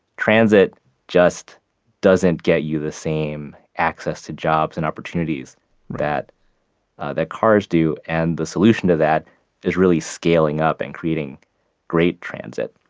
transit just doesn't get you the same access to jobs and opportunities that that cars do. and the solution to that is really scaling up and creating great transit.